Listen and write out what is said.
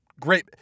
Great